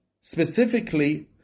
specifically